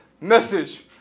message